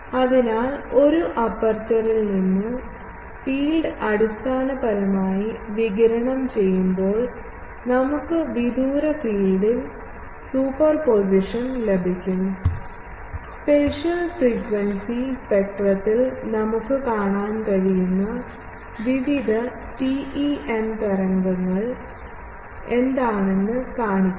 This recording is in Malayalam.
അതിനാൽ ഒരു അപ്പർച്ചറിൽ നിന്ന് ഫീൽഡ് അടിസ്ഥാനപരമായി വികിരണം ചെയ്യുമ്പോൾ നമുക്ക് വിദൂര ഫീൽഡിൽ സൂപ്പർപോസിഷൻ ലഭിക്കും സ്പേഷ്യൽ ഫ്രീക്വൻസി സ്പെക്ട്രത്തിൽ നമുക്ക് കാണാൻ കഴിയുന്ന വിവിധ TEM തരംഗങ്ങൾ എന്താണെന്ന് കാണിക്കുന്നു